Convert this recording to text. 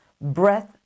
breath